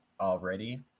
already